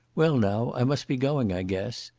well, now i must be going, i guess,